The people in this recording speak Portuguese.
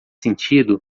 sentido